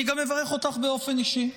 אני גם מברך אותך באופן אישי,